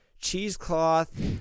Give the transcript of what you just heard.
cheesecloth